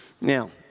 now